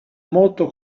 molto